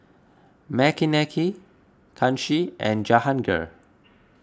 Makineni Kanshi and Jahangir